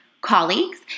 colleagues